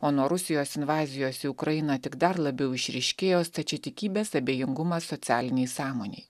o nuo rusijos invazijos į ukrainą tik dar labiau išryškėjo stačiatikybės abejingumas socialinei sąmonei